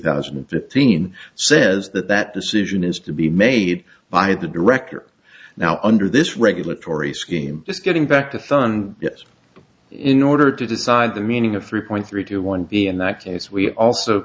fifteen says that that decision is to be made by the director now under this regulatory scheme just getting back to fund in order to decide the meaning of three point three two one v and that case we also